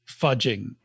fudging